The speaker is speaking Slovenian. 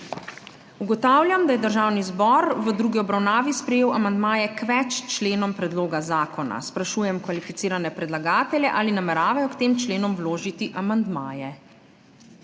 Ugotavljam, da je Državni zbor v drugi obravnavi sprejel amandmaje k več členom predloga zakona. Sprašujem kvalificirane predlagatelje, ali nameravajo k tem členom vložiti amandmaje?